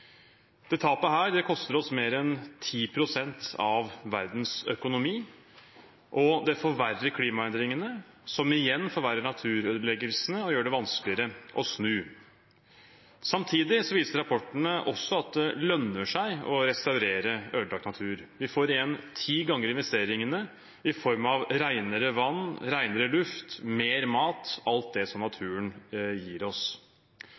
Det forverrer klimaendringene, som igjen forverrer naturødeleggelsene og gjør det vanskeligere å snu. Samtidig viser rapporten også at det lønner seg å restaurere ødelagt natur. Vi får igjen ti ganger investeringene i form av renere vann, renere luft, mer mat – alt det som naturen gir oss.